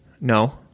no